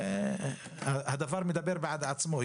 הרשלנות מדברת בעד עצמה.